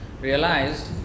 realized